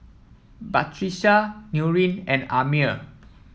Batrisya Nurin and Ammir